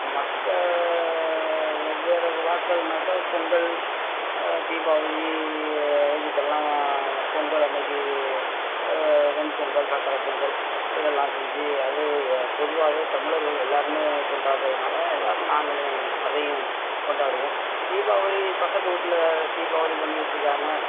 மற்ற வெவ்வேறு விழாக்கள்னாக்கா பொங்கல் தீபாவளி இதுக்கெல்லாம் வா பொங்கல் அன்னைக்கு வெண் பொங்கல் சக்கரை பொங்கல் இதெல்லாம் செஞ்சு அது ய பொதுவாகவே தமிழர்கள் எல்லாருமே கொண்டாட்கிறதுனால எல்லாரும் நாங்களும் அதையும் கொண்டாடுவோம் தீபாவளி பக்கத்து விட்டுல தீபாவளி பண்ணிக்கிட்டிருக்காங்க